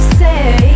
say